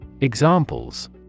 Examples